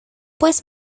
pues